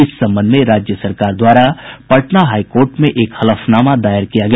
इस संबंध में राज्य सरकार द्वारा पटना हाईकोर्ट में एक हलफनामा दायर किया गया